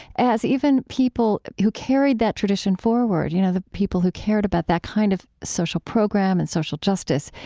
as even people who carried that tradition forward, you know, the people who cared about that kind of social program and social justice,